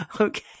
Okay